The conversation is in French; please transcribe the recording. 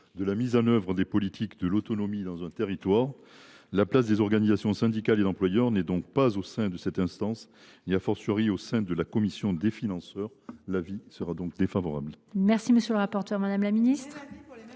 de la mise en œuvre des politiques de l’autonomie dans un territoire. La place des organisations syndicales et d’employeurs n’est donc pas au sein de cette instance, ni,, au sein de la commission des financeurs. Avis défavorable.